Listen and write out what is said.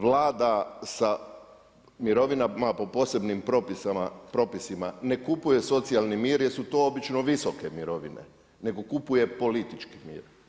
Vlada sa mirovinama po posebnim propisima ne kupuje socijalni mir jer su to obično visoke mirovine, nego kupuje političke mjere.